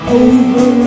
over